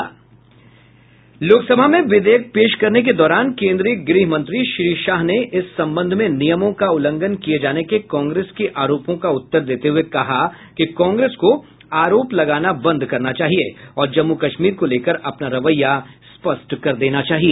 लोकसभा में विधेयक पेश करने के दौरान केन्द्रीय गृह मंत्री श्री शाह ने इस संबंध में नियमों का उल्लंघन किये जाने के कांग्रेस के आरोपों का उत्तर देते हुए कहा कि कांग्रेस को आरोप लगाना बंद करना चाहिए और जम्मू कश्मीर को लेकर अपना रवैया स्पष्ट कर देना चाहिए